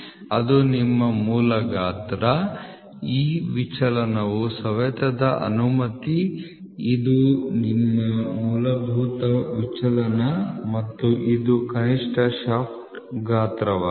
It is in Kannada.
ಇದು ನಿಮ್ಮ ಮೂಲ ಗಾತ್ರ ಇದು ವಿಚಲನವು ಸವೆತದ ಅನುಮತಿ ಇದು ನಿಮ್ಮ ಮೂಲಭೂತ ವಿಚಲನ ಮತ್ತು ಇದು ಕನಿಷ್ಠ ಶಾಫ್ಟ್ ಗಾತ್ರವಾಗಿದೆ